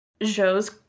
Joe's